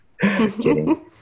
Kidding